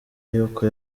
yuko